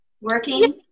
working